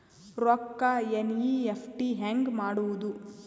ರೊಕ್ಕ ಎನ್.ಇ.ಎಫ್.ಟಿ ಹ್ಯಾಂಗ್ ಮಾಡುವುದು?